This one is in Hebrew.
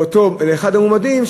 לאחד המועמדים,